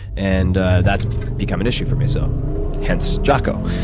and ah that's become an issue for me, so hence, jaco.